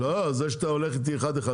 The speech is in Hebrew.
זה שאתה הולך איתי אחד-אחד.